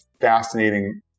fascinating